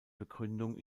begründung